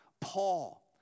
Paul